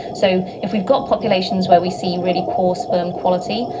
so if we've got populations where we see really poor sperm quality,